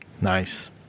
nice